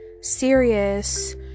serious